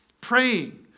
praying